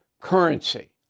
currency